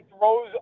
throws